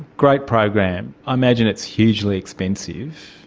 great program. i imagine it's hugely expensive.